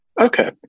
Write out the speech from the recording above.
Okay